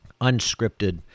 unscripted